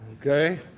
okay